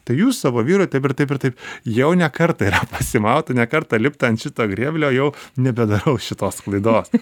tai jūs savo vyro taip ir taip taip jau ne kartą yra pasimauta ne kartą lipta ant šito grėblio jau nebedarau šitos klaidos